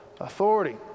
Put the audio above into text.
authority